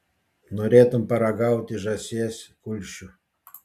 norėtum paragauti žąsies kulšių